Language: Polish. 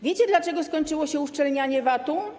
Wiecie, dlaczego skończyło się uszczelnianie VAT?